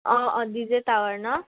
অঁ অঁ DJ tower ন